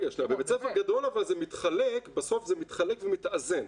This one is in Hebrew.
בבית ספר גדול בסוף זה מתחלק ומתאזן,